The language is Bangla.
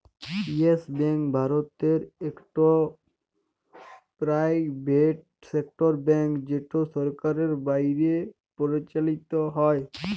ইয়েস ব্যাংক ভারতের ইকট পেরাইভেট সেক্টর ব্যাংক যেট সরকারের বাইরে পরিচালিত হ্যয়